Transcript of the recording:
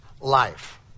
life